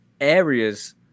areas